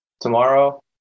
tomorrow